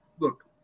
Look